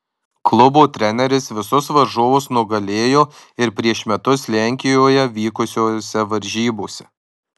klubo treneris visus varžovus nugalėjo ir prieš metus lenkijoje vykusiose varžybose